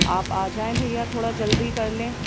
آپ آ جائیں بھیا تھوڑا جلدی کر لیں